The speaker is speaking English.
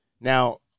Now